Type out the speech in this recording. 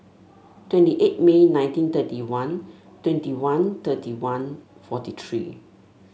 twenty eight May nineteen thirty one twenty one thirty one forty three